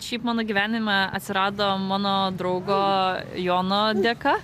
šiaip mano gyvenime atsirado mano draugo jono dėka